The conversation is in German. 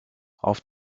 auf